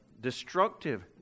destructive